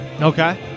Okay